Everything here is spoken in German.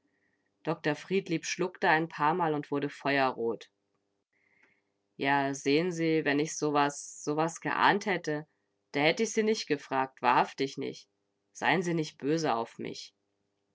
dr friedlieb schluckte ein paarmal und wurde feuerrot ja sehn sie wenn ich sowas sowas geahnt hätte da hätte ich sie nich gefragt wahrhaftig nich seien sie nich böse auf mich